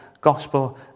gospel